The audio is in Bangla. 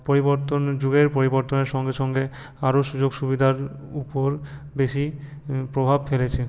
পরিবর্তন যুগের পরিবর্তনের সঙ্গে সঙ্গে আরও সুযোগ সুবিধার উপর বেশি প্রভাব ফেলেছে